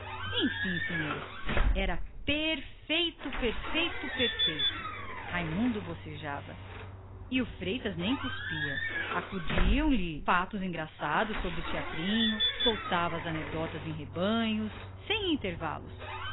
enfim senhores era perfeito perfeito perfeito raimundo bocejava e o freitas nem cuspia acudiam lhe fatos engraçados sobre o teatrinho soltava as anedotas em rebanho sem intervalos